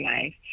life